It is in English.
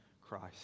Christ